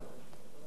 תודה רבה.